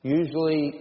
usually